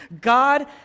God